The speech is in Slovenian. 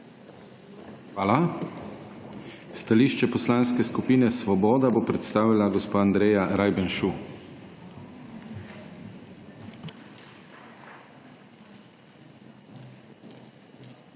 Hvala. Stališče Poslanske skupine Svoboda bo predstavila gospa Andreja Rajbenšu.